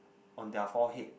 on their forehead